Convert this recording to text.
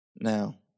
Now